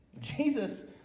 Jesus